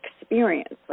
experience